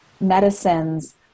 medicines